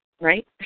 right